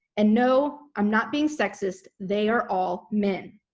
and no, i'm not being sexist. they are all men.